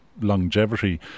longevity